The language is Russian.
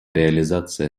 реализация